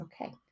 Okay